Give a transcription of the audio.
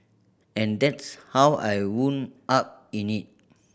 and that's how I wound up in it